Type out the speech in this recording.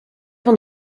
van